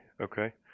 Okay